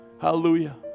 Hallelujah